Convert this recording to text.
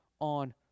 on